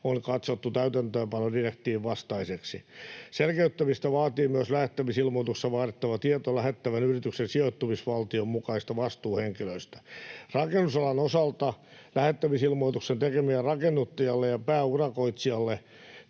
on katsottu täytäntöönpanodirektiivin vastaiseksi. Selkeyttämistä vaatii myös lähettämisilmoituksessa vaadittava tieto lähettävän yrityksen sijoittumisvaltion mukaisista vastuuhenkilöistä. Rakennusalan osalta lähettämisilmoituksen tekeminen rakennuttajalle ja pääurakoitsijalle